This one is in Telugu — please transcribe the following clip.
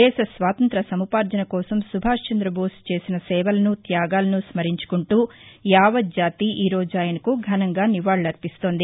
దేశ స్వాతంత్ర్య సముపార్జన కోసం సుభాష్ చంద్రబోస్ చేసిన సేవలను త్యాగాలను స్మరించుకుంటూ యాపత్ జాతి ఈరోజు ఆయనకు ఘనంగా నివాళులు అర్పిస్తోంది